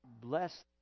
bless